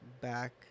back